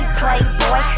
playboy